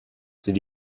sind